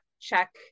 check